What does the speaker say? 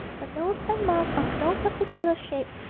a nose and mouth of no particular shape,